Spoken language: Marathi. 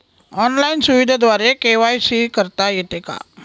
ऑनलाईन सुविधेद्वारे के.वाय.सी करता येते का?